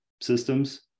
systems